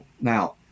Now